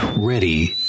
ready